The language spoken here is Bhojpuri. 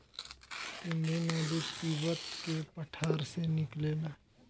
सिन्धु नदी तिब्बत के पठार से निकलेला